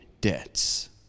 debts